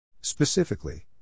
Specifically